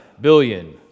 billion